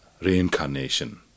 reincarnation